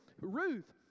ruth